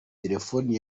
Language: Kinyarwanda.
telefoni